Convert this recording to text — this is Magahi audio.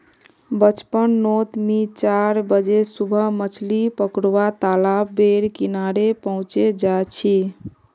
बचपन नोत मि चार बजे सुबह मछली पकरुवा तालाब बेर किनारे पहुचे जा छी